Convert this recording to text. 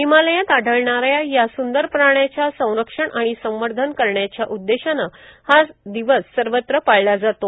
हिमालयात आढळणाऱ्या या सुंदर प्राण्याच्या संरक्षण आणि संवर्धन करण्याच्या उददेशानं हा दिवस सर्वत्र पाळल्या जातो